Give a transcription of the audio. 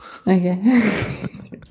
Okay